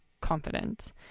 confident